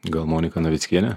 gal monika navickienė